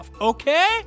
Okay